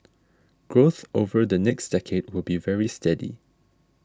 growth over the next decade will be very steady